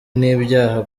n’ibyaha